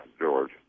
George